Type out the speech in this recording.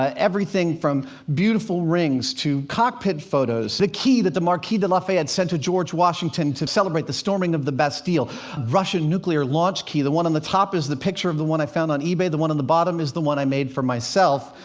everything from beautiful rings to cockpit photos. the key that the marquis du lafayette sent to george washington to celebrate the storming of the bastille. russian nuclear launch key the one on the top is the picture of the one i found on ebay the one on the bottom is the one i made for myself,